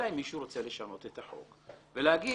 אלא אם מישהו רוצה לשנות את החוק ולהגיד